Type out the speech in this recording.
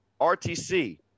RTC